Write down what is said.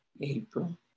April